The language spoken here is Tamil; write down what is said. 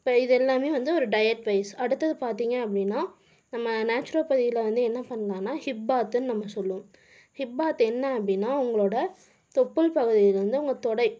இப்போ இது எல்லாம் வந்து ஒரு டயட் பேஸ் அடுத்தது பார்த்தீங்க அப்படீன்னா நம்ம நேச்சுரோபதியில் என்ன பண்ணலாம்னா ஹிப்பாத்துனு நம்ம சொல்வோம் ஹிப்பாத் என்ன அப்படீன்னா உங்களோட தொப்புள் பகுதிலேருந்து உங்கள் தொடை